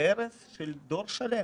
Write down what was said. להרס של דור שלם,